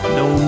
no